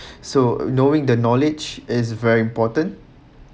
so knowing the knowledge is very important